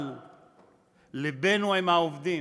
אבל לבנו עם העובדים,